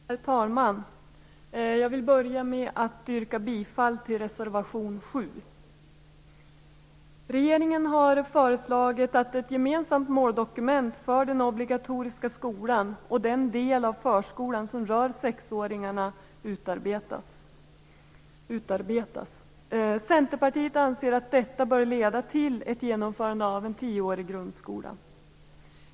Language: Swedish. Herr talman! Jag vill börja med att yrka bifall till reservation 7. Regeringen har föreslagit att ett gemensamt måldokument för den obligatoriska skolan och den del av förskolan som rör sexåringarna utarbetas. Centerpartiet anser att detta bör leda till ett genomförande av en tioårig grundskola.